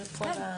כן.